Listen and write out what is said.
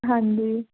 ਹਾਂਜੀ